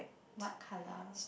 what colour